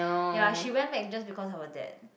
ya she went back just because of her dad